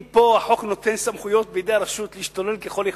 אם פה החוק נותן סמכויות בידי הרשות להשתולל ככל יכולתה,